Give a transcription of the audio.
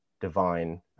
divine